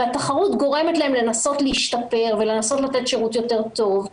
והתחרות גורמת להם לנסות להשתפר ולנסות לתת שירות יותר טוב,